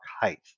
height